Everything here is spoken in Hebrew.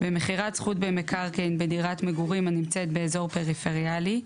או במכירת זכות במקרקעין בדירת מגורים הנמצאת באזור פריפריאלי,